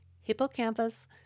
hippocampus